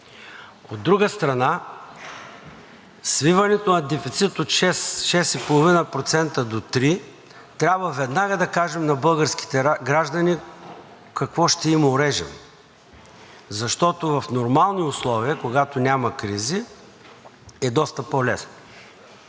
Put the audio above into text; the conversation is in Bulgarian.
от друга страна, свиването на дефицит от 6 – 6,5% до три – трябва веднага да кажем на българските граждани какво ще им орежем, защото в нормални условия, когато няма кризи, е доста по-лесно,